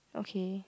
okay